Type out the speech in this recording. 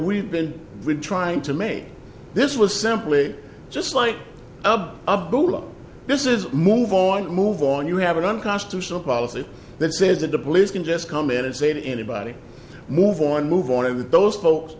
we've been trying to make this was simply just like this is move on move on you have an unconstitutional policy that says that the police can just come in and say to anybody move on move on of those folks